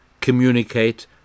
Communicate